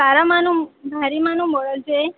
સારામાનું ભારીમાનું મોડલ જોઈએ